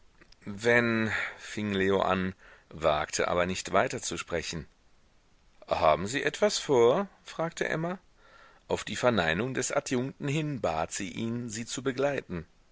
wenn fing leo an wagte aber nicht weiterzusprechen haben sie etwas vor fragte emma auf die verneinung des adjunkten hin bat sie ihn sie zu begleiten